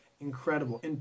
Incredible